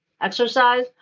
exercise